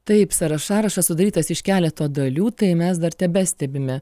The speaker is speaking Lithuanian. taip sąrašarašas sudarytas iš keleto dalių tai mes dar tebestebime